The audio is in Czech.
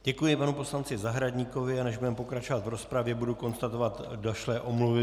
Děkuji panu poslanci Zahradníkovi, a než budeme pokračovat v rozpravě, budu konstatovat došlé omluvy.